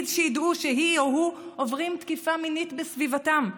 שידעו שהיא או הוא עוברים תקיפה מינית בסביבתם.